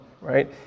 right